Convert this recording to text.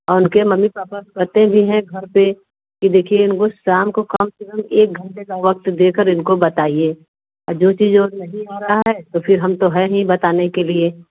और उनके mummy papa कहते भी हैं घर पर कि देखिए इनको शाम को कम से कम एक घंटे का वक्त देकर इनको बताईए और जो चीज़ और नहीं आ रहा है उसे हम तो हैं ही बताने के लिए